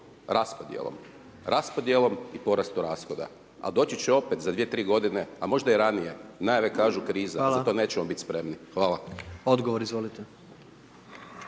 raspodjelom, raspodjelom i porastu rashoda. Ali doći će opet za 2, 3 godine a možda i ranije, najave kažu kriza, za to nećemo biti spremni. Hvala. **Jandroković,